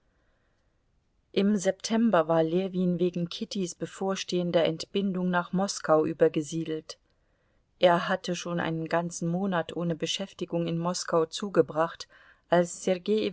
im september war ljewin wegen kittys bevorstehender entbindung nach moskau übergesiedelt er hatte schon einen ganzen monat ohne beschäftigung in moskau zugebracht als